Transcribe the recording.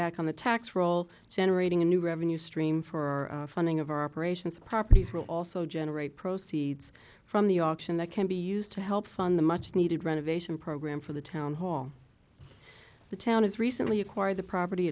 back on the tax roll generating a new revenue stream for funding of our operations properties will also generate proceeds from the auction that can be used to help fund the much needed renovation program for the town hall the town has recently acquired the property